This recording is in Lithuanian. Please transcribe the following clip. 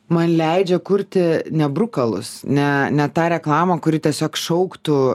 man leidžia kurti ne brukalus ne ne tą reklamą kuri tiesiog šauktų